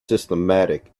systematic